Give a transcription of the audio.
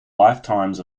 lifetimes